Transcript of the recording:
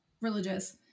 religious